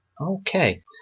Okay